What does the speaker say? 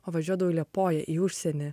o važiuodavau į liepoją į užsienį